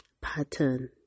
pattern